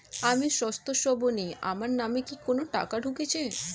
আমি স্রোতস্বিনী, আমার নামে কি কোনো টাকা ঢুকেছে?